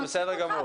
זה בסדר גמור.